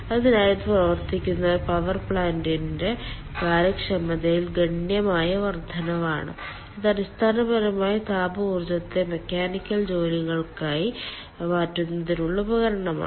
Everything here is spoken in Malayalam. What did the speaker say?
അതിനാൽ ഇത് പ്രവർത്തിക്കുന്ന ഒരു പവർ പ്ലാന്റിന്റെ കാര്യക്ഷമതയിൽ ഗണ്യമായ വർദ്ധനവാണ് ഇത് അടിസ്ഥാനപരമായി താപ ഊർജ്ജത്തെ മെക്കാനിക്കൽ ജോലികളാക്കി മാറ്റുന്നതിനുള്ള ഉപകരണമാണ്